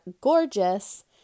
gorgeous